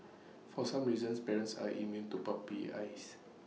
for some reasons parents are immune to puppy eyes